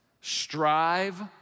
strive